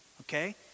okay